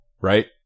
right